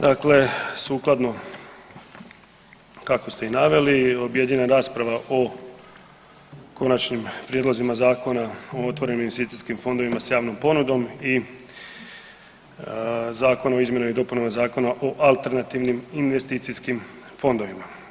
Dakle, sukladno kako ste i naveli objedinjena je rasprava o konačnim prijedlozima Zakona o otvorenim investicijskim fondovima s javnom ponudom i Zakona o izmjenama i dopunama Zakona o alternativnim investicijskim fondovima.